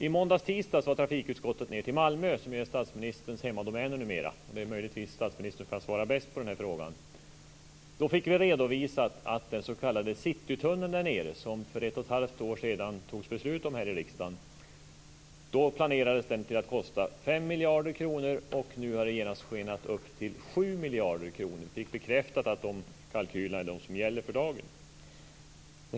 I måndags och tisdags var trafikutskottet nere i Malmö, som är statsministerns hemmadomäner numera. Det är möjligtvis statsministern som kan svara bäst på denna fråga. Vi fick en redovisning om den s.k. Citytunneln där nere, som det togs beslut om här i riksdagen för ett och ett halvt år sedan. Då planerades den att kosta 5 miljarder kronor. Nu har kostnaderna skenat i väg till 7 miljarder kronor. Vi fick bekräftat att de kalkylerna är de som gäller för dagen.